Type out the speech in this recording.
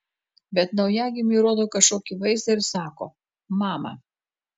bet naujagimiui rodo kažkokį vaizdą ir sako mama